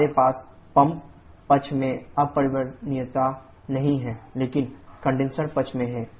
हमारे पास पंप पक्ष में अपरिवर्तनीयता नहीं है लेकिन कंडेनसर पक्ष में है